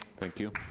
thank you.